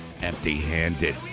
empty-handed